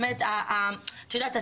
את יודעת,